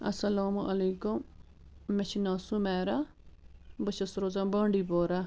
السَلامُ علیکُم مےٚ چھُ ناو سُمیرا بہٕ چھَس روزان بانڈی پورا